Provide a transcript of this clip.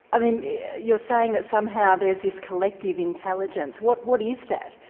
um and you're saying that somehow there's this collective intelligence, what what is that?